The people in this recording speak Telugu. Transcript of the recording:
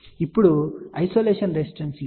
ఇప్పుడు ఇక్కడ ఐసోలేషన్ రెసిస్టెన్స్ లేదు